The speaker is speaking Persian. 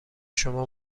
شما